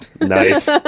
nice